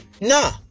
Nah